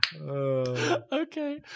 Okay